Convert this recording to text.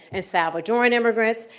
and salvadoran immigrants,